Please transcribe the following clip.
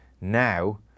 Now